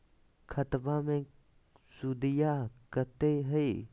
खतबा मे सुदीया कते हय?